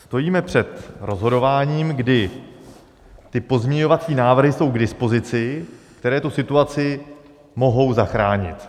Stojíme před rozhodováním, kdy ty pozměňovací návrhy jsou k dispozici, které tu situaci mohou zachránit.